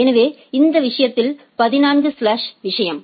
எனவே இந்த விஷயத்தில் 14 ஸ்லாஸ் விஷயம்